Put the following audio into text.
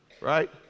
right